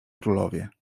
królowie